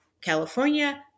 California